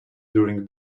during